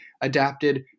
adapted